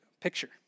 picture